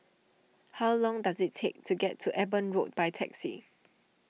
how long does it take to get to Eben Road by taxi